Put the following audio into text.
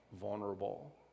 vulnerable